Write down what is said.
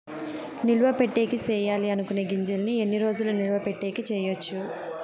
నిలువ పెట్టేకి సేయాలి అనుకునే గింజల్ని ఎన్ని రోజులు నిలువ పెట్టేకి చేయొచ్చు